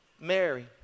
Mary